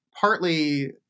partly